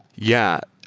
yeah.